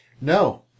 No